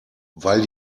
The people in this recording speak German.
weil